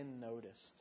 noticed